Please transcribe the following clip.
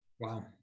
Wow